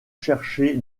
chercher